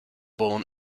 born